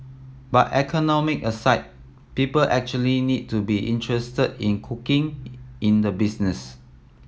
but economic aside people actually need to be interested in cooking in the business